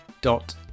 dot